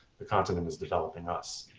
the continent is developing us,